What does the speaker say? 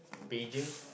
pager